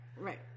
right